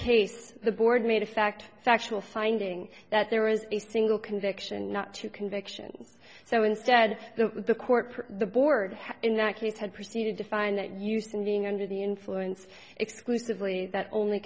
case the board made a fact factual finding that there was a single conviction not two convictions so instead the court for the board in that case had proceeded to find that use and being under the influence exclusively that only